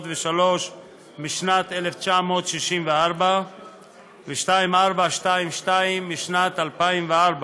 מאנשים שתומכים או אולי תמכו או אולי עלולים לתמוך?